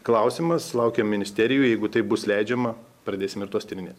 klausimas laukia ministerijoj jeigu tai bus leidžiama pradėsim ir tuos tyrinėt